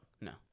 No